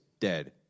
dead